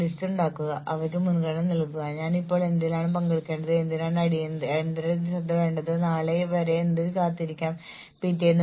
piece rate സിസ്റ്റങ്ങൾ ഉൽപ്പാദിപ്പിക്കുന്ന യൂണിറ്റിന് തൊഴിലാളികൾക്ക് ശമ്പളം നൽകുന്ന സിസ്റ്റങ്ങളെ പരാമർശിക്കുന്നു